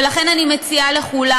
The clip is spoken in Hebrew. ולכן אני מציעה לכולם: